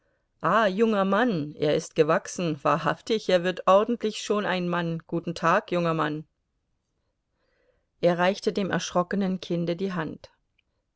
ah junger mann er ist gewachsen wahrhaftig er wird ordentlich schon ein mann guten tag junger mann er reichte dem erschrockenen kinde die hand